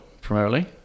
primarily